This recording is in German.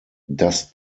das